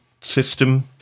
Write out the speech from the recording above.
system